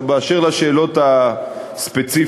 באשר לשאלות הספציפיות,